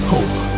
Hope